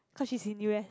cause she's in U_S